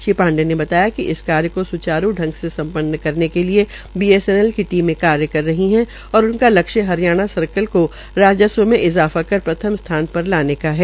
श्री पांडे ने कहा कि इस कार्य को सुचारू ढंग से संपन्न करने के लिए बीएसएनएल की टीमें कार्य कर रही है उनका लक्ष्य हरियाणा सर्कल को राज्स्व में ओर इजाफा कर प्रथम स्थान पर लाने का है